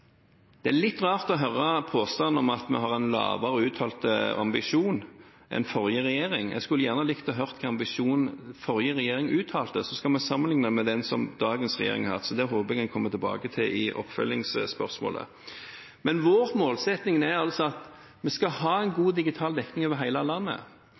Det er litt rart å høre påstanden om at vi har en lavere uttalt ambisjon enn forrige regjering. Jeg skulle gjerne likt å høre hvilken ambisjon den forrige regjering uttalte, så skal vi sammenligne med den som dagens regjering har, så det håper jeg hun kommer tilbake til i oppfølgingsspørsmålet. Vår målsetting er at vi skal ha en god digital dekning over hele landet.